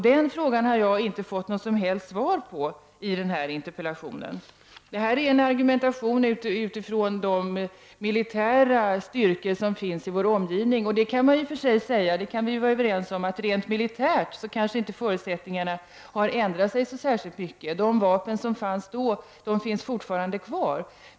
Den frågan har jag inte fått något som helst svar på i detta interpellationssvar. Svaret innehåller en argumentation utifrån de militära styrkor som finns i vår omgivning. Man kan i och för sig säga att förutsättningarna rent militärt kanske inte har ändrat sig så särskilt mycket, det kan vi vara överens om. De vapen som fanns då finns fortfarande kvar.